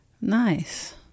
Nice